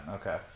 Okay